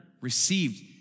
received